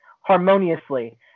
harmoniously